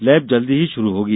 lab जल्द ही शुरू होगी